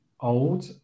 old